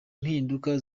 mpinduka